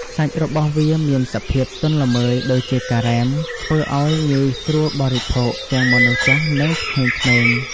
សាច់របស់វាមានសភាពទន់ល្មើយដូចជាការ៉េម ធ្វើឱ្យងាយស្រួលបរិភោគទាំងមនុស្សចាស់ និងក្មេងៗ។